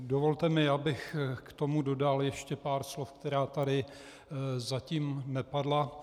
Dovolte mi, abych k tomu dodal ještě pár slov, která tady zatím nepadla.